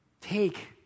take